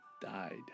died